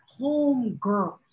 homegirls